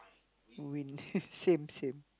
win same same